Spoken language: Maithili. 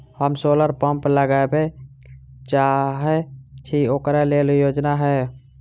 हम सोलर पम्प लगाबै चाहय छी ओकरा लेल योजना हय?